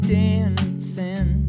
dancing